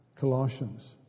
Colossians